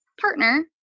partner